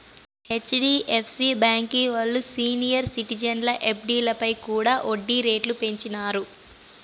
HDFC బాంకీ ఓల్లు senior సిటిజన్ల ఎఫ్డీలపై కూడా ఒడ్డీ రేట్లు పెంచినారు